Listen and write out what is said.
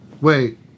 Wait